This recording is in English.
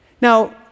now